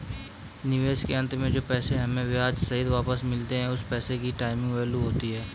निवेश के अंत में जो पैसा हमें ब्याह सहित वापस मिलता है वो उस पैसे की टाइम वैल्यू होती है